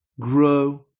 grow